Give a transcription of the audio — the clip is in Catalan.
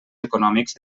econòmics